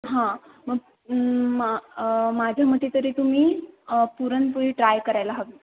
हां मग माझ्या मते तरी तुम्ही पुरणपोळी ट्राय करायला हवी